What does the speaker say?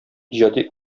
иҗади